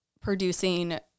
producing